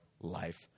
life